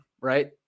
right